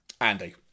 Andy